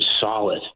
solid